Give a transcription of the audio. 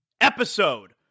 episode